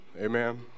Amen